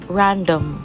random